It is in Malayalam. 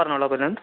പറഞ്ഞോളു പൊന്നൻ